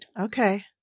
Okay